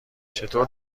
چطور